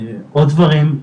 עוד דברים,